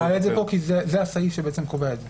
אני מעלה את זה פה, כי זה הסעיף שבעצם קובע את זה.